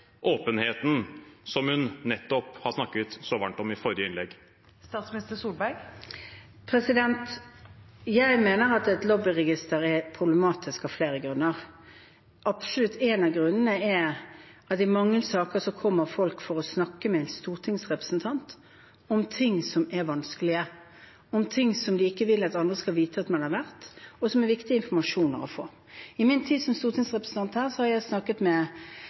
åpenheten, som hun nettopp snakket så varmt om i forrige innlegg. Jeg mener at et lobbyregister er problematisk av flere grunner. Én av grunnene er absolutt at i mange saker kommer folk for å snakke med en stortingsrepresentant om ting som er vanskelige, om ting de ikke vil at andre skal vite at man har vært og snakket om, og som er viktig informasjon å få. I min tid som stortingsrepresentant